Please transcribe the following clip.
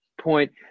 point